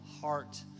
heart